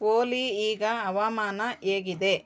ಓಲಿ ಈಗ ಹವಾಮಾನ ಹೇಗಿದೆ